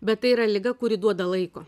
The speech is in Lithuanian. bet tai yra liga kuri duoda laiko